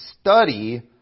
study